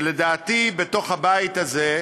שלדעתי בתוך הבית הזה,